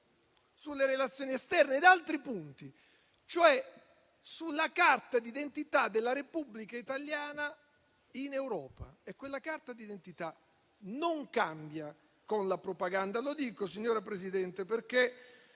sulle relazioni esterne e su altri punti. Cioè sulla carta d'identità della Repubblica italiana in Europa; e quella carta d'identità non cambia con la propaganda. Lo dico, signora Presidente, perché